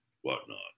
whatnot